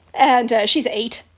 and she's eight.